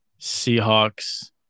Seahawks